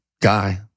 guy